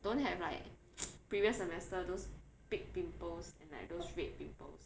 don't have like previous semester those big pimples and like those red pimples